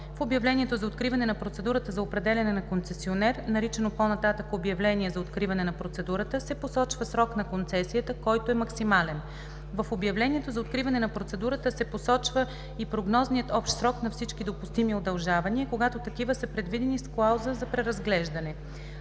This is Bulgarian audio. В обявлението за откриване на процедурата за определяне на концесионер, наричано по-нататък „обявление за откриване на процедурата“ се посочва срок на концесията, който е максимален. В обявлението за откриване на процедурата се посочва и прогнозният общ срок на всички допустими удължавания, когато такива са предвидени с клауза за преразглеждане.